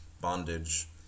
bondage